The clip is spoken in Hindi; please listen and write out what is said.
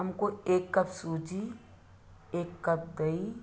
हमको एक कप सूजी एक कप दही